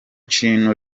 kintu